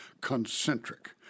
concentric